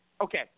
okay